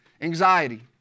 Anxiety